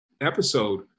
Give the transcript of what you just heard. episode